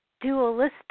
dualistic